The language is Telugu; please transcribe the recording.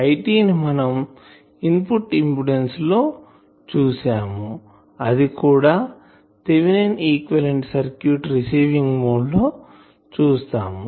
IT ని మనం ఇన్పుట్ ఇంపిడెన్సు లో చూసాముఅదికూడా Thevenin equivalent circuit receiving mode లో చూసాము